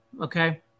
okay